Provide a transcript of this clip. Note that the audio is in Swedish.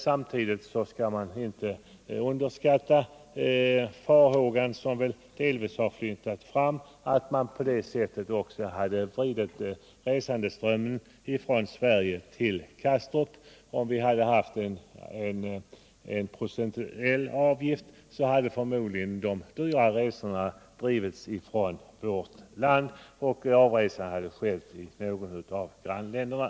Samtidigt skall man inte underskatta farhågan, som delvis har skymtat fram, att man på det sättet driver resandeströmmen från Sverige till Kastrup. Om vi hade haft en procentuell avgift hade förmodligen de dyra resorna drivits från vårt land och avresorna skett i något av grannländerna.